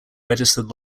registered